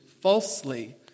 falsely